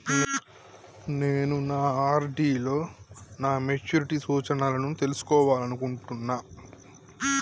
నేను నా ఆర్.డి లో నా మెచ్యూరిటీ సూచనలను తెలుసుకోవాలనుకుంటున్నా